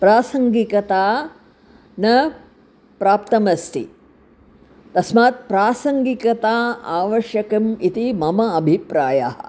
प्रासङ्गिकता न प्राप्तम् अस्ति तस्मात् प्रासङ्गिकता आवश्यकम् इति मम अभिप्रायः